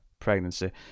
Pregnancy